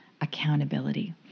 Accountability